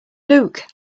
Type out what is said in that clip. luke